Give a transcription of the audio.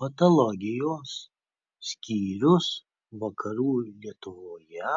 patologijos skyrius vakarų lietuvoje